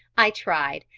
i tried,